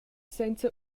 senza